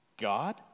God